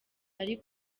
ari